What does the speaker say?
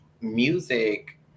Music